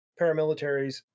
paramilitaries